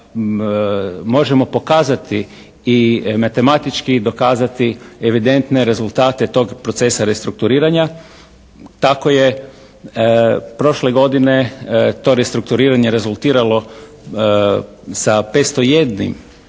možemo pokazati i matematički dokazati evidentne rezultate tog procesa restrukturiranja. Kako je prošle godine to restrukturiranje rezultiralo sa 501